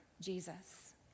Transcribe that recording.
Jesus